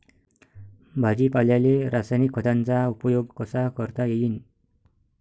भाजीपाल्याले रासायनिक खतांचा उपयोग कसा करता येईन?